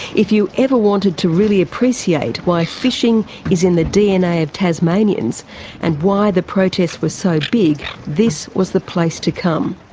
if you ever wanted to really appreciate why fishing is in the dna of tasmanians and why the protest was so big, this was the place to come.